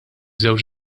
żewġ